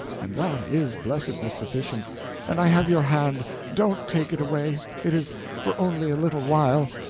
and that is blessedness sufficient and i have your hand don't take it away it is for only a little while,